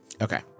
okay